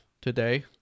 today